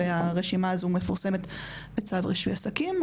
הרשימה הזו מפורסמת בצו רישוי עסקים.